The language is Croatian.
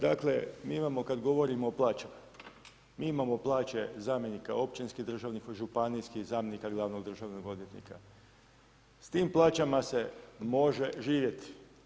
Dakle mi imamo kada govorimo o plaćama, mi imamo plaće zamjenika općinskih državnih, županijskih zamjenika i glavnog državnog odvjetnika s tim plaćama se može živjeti.